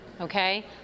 Okay